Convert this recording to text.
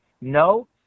No